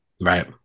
right